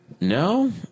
No